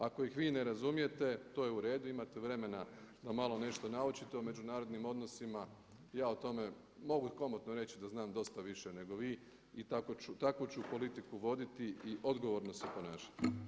Ako ih vi ne razumijete, to je u redu, imate vremena da malo nešto naučite u međunarodnim odnosima, ja o tome mogu komotno reći da znam dosta više nego vi i takvu ću politiku voditi i odgovorno se ponašati.